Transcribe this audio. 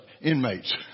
inmates